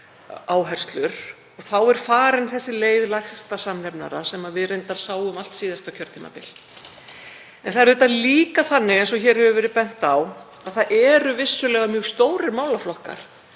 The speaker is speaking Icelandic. áherslur. Þá er farin þessi leið lægsta samnefnara sem við reyndar sáum allt síðasta kjörtímabil. En það er líka þannig, eins og hér hefur verið bent á, að það eru vissulega mjög stórir málaflokkar